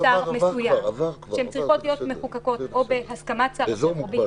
אבל יש מושג של האצלת סמכויות,